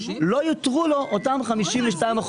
כיוון שהוא מגלם גם את אות ם52%,